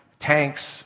tanks